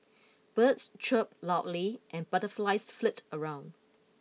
birds chirp loudly and butterflies flit around